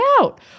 out